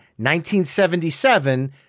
1977